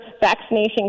vaccination